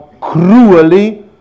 cruelly